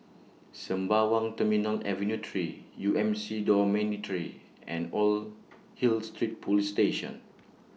Sembawang Terminal Avenue three U M C Dormitory and Old Hill Street Police Station